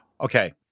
Okay